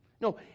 No